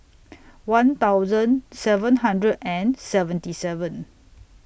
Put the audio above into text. one thousand seven hundred and seventy seven